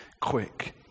Quick